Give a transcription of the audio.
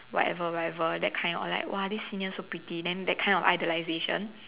whatever whatever that kind or like !wah! this senior so pretty than that kind of idolization